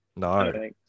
No